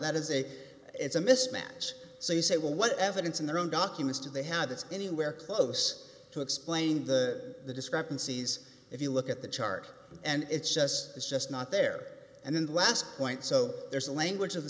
that is a it's a mismatch so you say well what evidence in their own documents do they have that's anywhere close to explain the the discrepancies if you look at the chart and it's just it's just not there and in the last point so there's a language